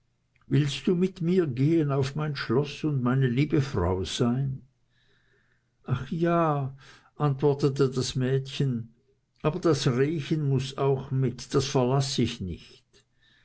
willst du mit mir gehen auf mein schloß und meine liebe frau sein ach ja antwortete das mädchen aber das rehchen muß auch mit das verlaß ich nicht